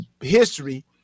history